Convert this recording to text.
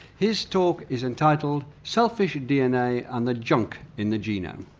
his talk is entitled selfish dna and the junk in the genome.